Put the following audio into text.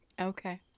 Okay